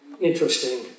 interesting